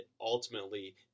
ultimately